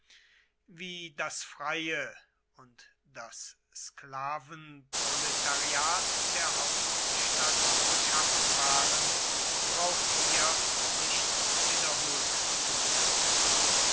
wie das freie und das sklavenproletariat der hauptstadt beschaffen waren braucht hier nicht wiederholt zu werden